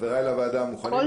חבריי לוועדה, מוכנים לקבל?